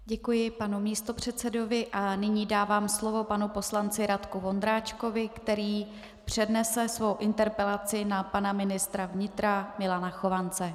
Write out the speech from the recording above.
Děkuji panu místopředsedovi a nyní dávám slovo panu poslanci Radku Vondráčkovi, který přednese svou interpelaci na pana ministra vnitra Milana Chovance.